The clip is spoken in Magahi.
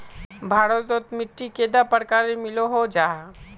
भारत तोत मिट्टी कैडा प्रकारेर मिलोहो जाहा?